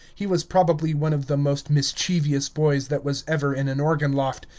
he was probably one of the most mischievous boys that was ever in an organ-loft.